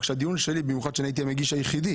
אבל כשהדיון שלי, במיוחד כשאני הייתי המגיש היחיד,